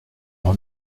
leur